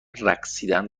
رقصیدن